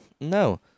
No